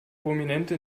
prominente